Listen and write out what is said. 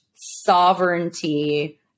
sovereignty